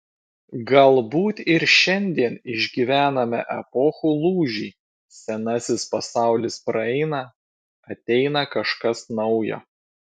galbūt ir šiandien išgyvename epochų lūžį senasis pasaulis praeina ateina kažkas naujo